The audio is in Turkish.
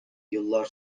yıllar